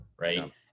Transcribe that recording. right